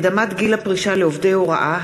הקדמת גיל הפרישה לעובדי הוראה),